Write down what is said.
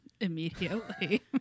immediately